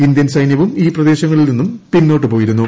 Indian സൈന്യവും ഈ പ്രദേശങ്ങളിൽ നിന്ന് പിന്നോട്ട് പോയിരുന്നു